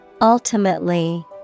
ultimately